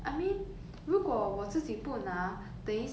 how am I so sure that 那个人不会拿也是